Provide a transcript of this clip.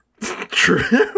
True